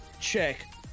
check